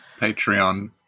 Patreon